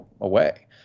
away